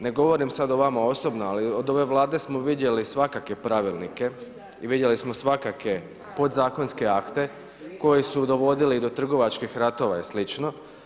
Ne govorim sada o vama osobno ali od ove Vlade smo vidjeli svakakve pravilnike i vidjeli smo svakakve podzakonske akte koji su dovodili do trgovačkih ratova i slično.